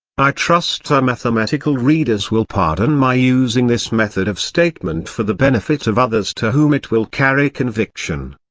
i trust unmathematical readers will pardon my using this method of statement for the benefit of others to whom it will carry conviction.